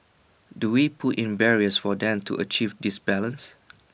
do we put in barriers for them to achieve this balance